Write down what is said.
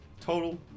total